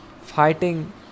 fighting